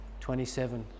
27